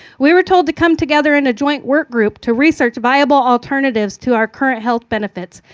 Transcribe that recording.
we were told to come together in a joint work group to research viable alternatives to our current health benefits.